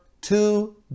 two